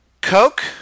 Coke